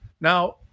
Now